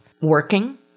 working